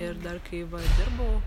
ir dar kai va dirbau